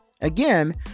Again